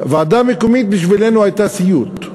הוועדה המקומית, בשבילנו, הייתה סיוט,